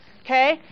Okay